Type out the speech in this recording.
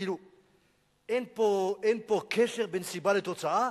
אין פה קשר בין סיבה לתוצאה?